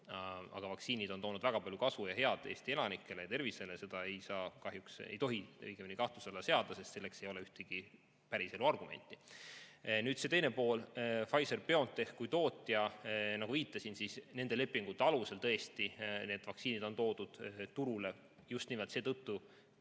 Aga vaktsiinid on toonud väga palju kasu ja head Eesti elanike tervisele, seda ei saa, õigemini ei tohi kahtluse alla seada, sest selleks ei ole ühtegi päriselu argumenti. Nüüd see teine pool, Pfizer/BioNTech kui tootja. Nagu ma viitasin, nende lepingute alusel tõesti need vaktsiinid on toodud turule just nimelt seetõttu